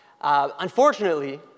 Unfortunately